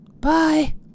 Bye